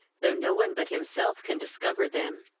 though no one but himself can discover them.